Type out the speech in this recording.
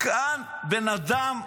כאן בן אדם,